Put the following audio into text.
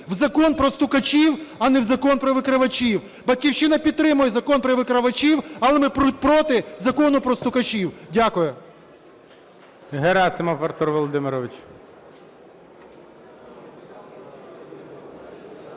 в закон про стукачів, а не в закон про викривачів. "Батьківщина" підтримує Закон про викривачів, але ми проти закону про стукачів. Дякую.